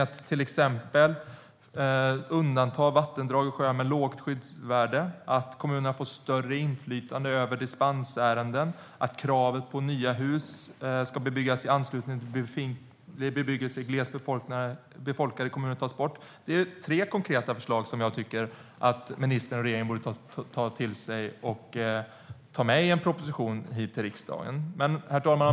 Det är till exempel att undanta vattendrag och sjöar med lågt skyddsvärde, att kommunerna får större inflytande över dispensärenden och att kravet på att nya hus ska byggas i anslutning till befintlig bebyggelse i glest befolkade kommuner tas bort. Det är tre konkreta förslag som jag tycker att ministern och regeringen borde ta till sig och ta med i en proposition till riksdagen. Herr talman!